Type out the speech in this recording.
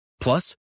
Plus